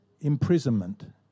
imprisonment